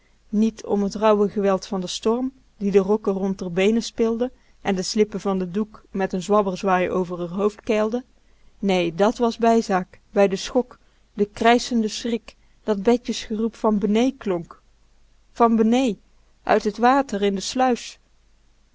niet om t rauwe geweld van den storm die de rokken rond r beenen spilde en de slippen van den doek met n zwabberzwaai over r hoofd keilde nee dat was bijzaak bij den schok den krijschenden schrik dat betje's geroep van benee klonk van benee uit het water in de sluis